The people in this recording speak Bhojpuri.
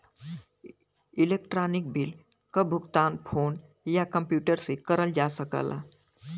इलेक्ट्रानिक बिल क भुगतान फोन या कम्प्यूटर से करल जा सकला